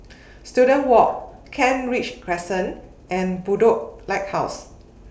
Student Walk Kent Ridge Crescent and Bedok Lighthouse